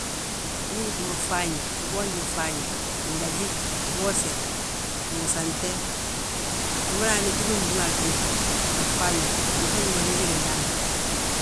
Ndu ugiti mo fŧafñe, uboonji fŧafñe, dagí, wose, fnwosante, umada yaa gwili gbúŋ a gi ma a fŧifñi ma, nafan fi ma ligir ndaani.